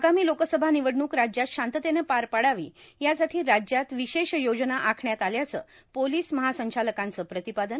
आगामी लोकसभा निवडणुक राज्यात शांततेनं पार पडावी यासाठी राज्यात विशेष योजना आखण्यात आल्याचं पोलीस महासंचालकांचं प्रतिपादन